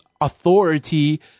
authority